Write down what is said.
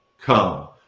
come